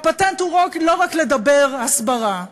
הפטנט הוא לא רק לדבר הסברה.